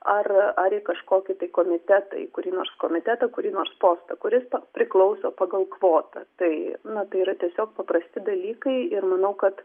ar ar į kažkokį tai komitetą į kurį nors komitetą kurį nors postą kuris priklauso pagal kvotą tai na tai yra tiesiog paprasti dalykai ir manau kad